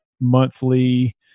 monthly